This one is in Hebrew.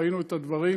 וראינו את הדברים.